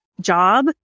job